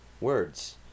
words